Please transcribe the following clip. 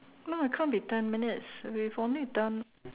no it can't be ten minutes we've only done